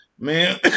man